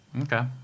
Okay